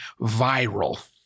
viral